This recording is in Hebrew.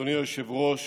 אדוני היושב-ראש,